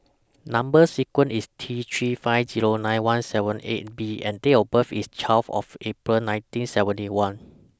Number sequence IS T three five Zero nine one seven eight B and Date of birth IS twelve of April nineteen seventy one